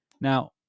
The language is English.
Now